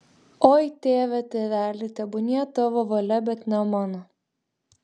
oi tėve tėveli tebūnie tavo valia bet ne mano